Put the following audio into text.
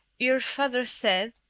your father said,